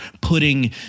putting